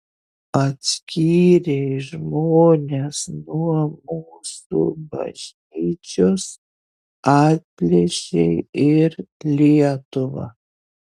atskyrei žmones nuo mūsų bažnyčios atplėšei ir lietuvą